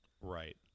Right